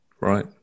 Right